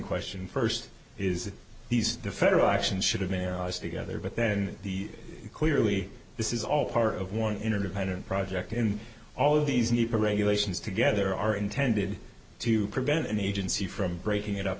question first is that these the federal action should have been there as to gether but then the clearly this is all part of one interdependent project in all of these need for regular sessions together are intended to prevent an agency from breaking it up